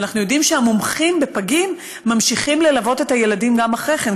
ואנחנו יודעים שהמומחים בפגים ממשיכים ללוות את הילדים גם אחרי כן,